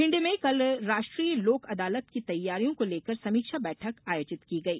भिंड में कल राष्ट्रीय लोक अदालत की तैयारियों को लेकर समीक्षा बैठक आयोजित की गई